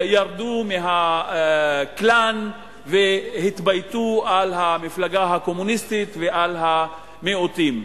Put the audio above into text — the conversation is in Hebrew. ירדו מה"קלאן" והתבייתו על המפלגה הקומוניסטית ועל המיעוטים.